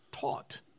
taught